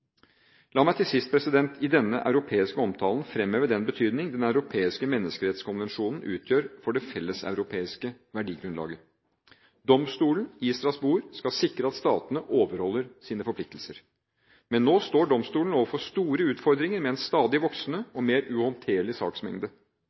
La meg til sist i denne europeiske omtalen fremheve den betydning Den europeiske menneskerettskonvensjon utgjør for det felleseuropeiske verdigrunnlaget. Domstolen i Strasbourg skal sikre at statene overholder sine forpliktelser. Men nå står domstolen overfor store utfordringer med en stadig voksende